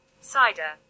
Cider